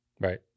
right